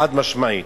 חד-משמעי.